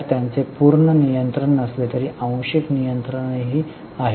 तर त्यांचे पूर्ण नियंत्रण नसले तरी आंशिक नियंत्रणही आहे